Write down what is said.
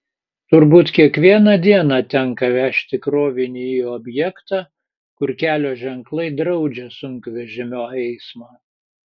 turbūt kiekvieną dieną tenka vežti krovinį į objektą kur kelio ženklai draudžia sunkvežimio eismą